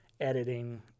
editing